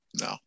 No